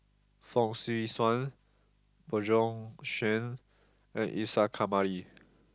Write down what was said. Fong Swee Suan Bjorn Shen and Isa Kamari